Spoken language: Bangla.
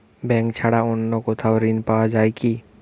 ব্যাঙ্ক ছাড়া অন্য কোথাও ঋণ পাওয়া যায় কি?